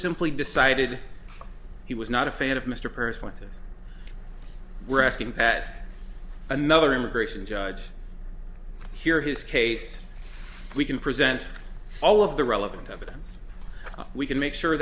simply decided he was not a fan of mr percy wanted we're asking at another immigration judge here his case we can present all of the relevant evidence we can make sure